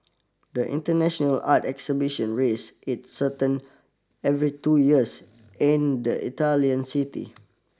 the international art exhibition raise its certain every two years in the Italian city